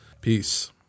Peace